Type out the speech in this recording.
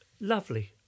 lovely